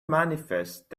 manifest